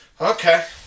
Okay